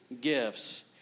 gifts